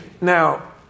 Now